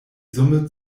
summe